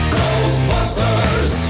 ghostbusters